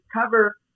cover